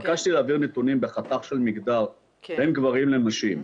התבקשתי להעביר נתונים בחתך של מגדר בין גברים לנשים,